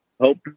hope